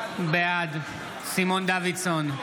בעד סימון דוידסון,